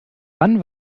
wann